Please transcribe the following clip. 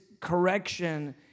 correction